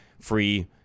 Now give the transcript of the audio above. free